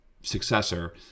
Successor